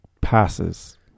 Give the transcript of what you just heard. passes